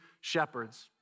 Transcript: shepherds